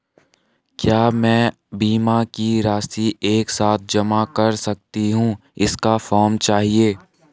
क्या मैं बीमा की राशि एक साथ जमा कर सकती हूँ इसका फॉर्म चाहिए?